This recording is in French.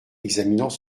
examinant